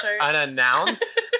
unannounced